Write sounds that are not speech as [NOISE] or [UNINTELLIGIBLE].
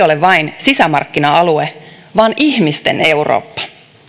[UNINTELLIGIBLE] ole vain sisämarkkina alue vaan ihmisten eurooppa